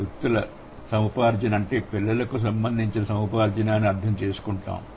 వ్యక్తుల సముపార్జన అంటే పిల్లలకు సంబంధించిన సముపార్జన అని అర్థం చేసుకుంటాము